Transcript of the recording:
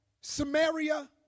Samaria